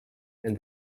and